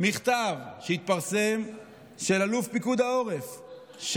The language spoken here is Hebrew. מכתב של אלוף פיקוד העורף שהתפרסם,